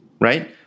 right